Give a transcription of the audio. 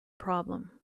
problem